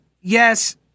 yes